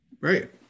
right